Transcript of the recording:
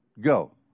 Go